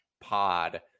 pod